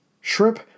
Shrimp